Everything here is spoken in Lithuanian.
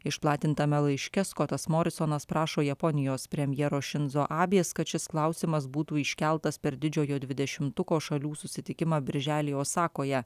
išplatintame laiške skotas morisonas prašo japonijos premjero šinzo abės kad šis klausimas būtų iškeltas per didžiojo dvidešimtuko šalių susitikimą birželį osakoje